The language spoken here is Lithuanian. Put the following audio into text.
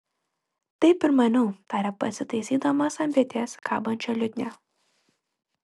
taip ir maniau tarė pasitaisydamas ant peties kabančią liutnią